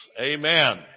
Amen